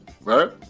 right